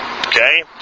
Okay